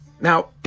Now